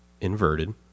inverted